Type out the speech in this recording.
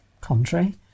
contrary